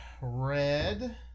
red